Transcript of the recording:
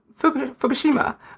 Fukushima